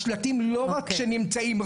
השלטים לא רק שנמצאים,